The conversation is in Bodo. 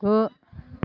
गु